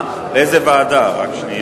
35 בעד, אפס מתנגדים,